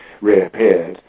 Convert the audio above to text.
reappeared